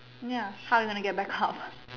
ya how you gonna get back up